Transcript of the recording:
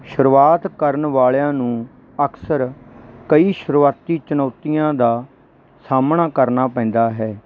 ਸ਼ੁਰੂਆਤ ਕਰਨ ਵਾਲਿਆਂ ਨੂੰ ਅਕਸਰ ਕਈ ਸ਼ੁਰੂਆਤੀ ਚੁਣੌਤੀਆਂ ਦਾ ਸਾਹਮਣਾ ਕਰਨਾ ਪੈਂਦਾ ਹੈ